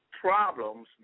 problems